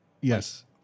Yes